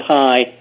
high